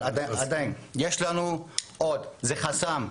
עדיין יש לנו עוד, זה חסם.